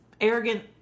arrogant